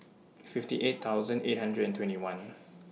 fifty eight thousand eight hundred and twenty one